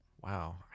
Wow